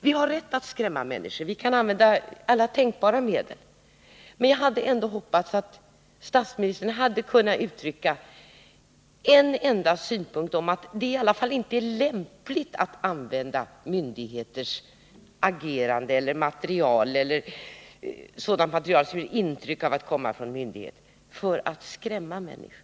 Vi har rätt att skrämma människor — vi kan använda alla tänkbara medel. Men jag hade ändå hoppats att statsministern skulle ha kunnat uttrycka en enda synpunkt om att det i alla fall inte är lämpligt att använda myndigheters agerande eller myndigheters material eller sådant material som ger intryck av att komma från myndigheter för att skrämma människor.